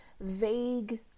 vague